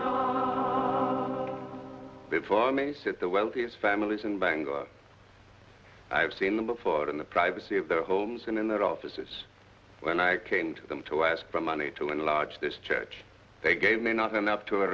said the wealthiest families in bangor i've seen them before in the privacy of their homes and in their offices when i came to them to ask for money to enlarge this church they gave me not enough to er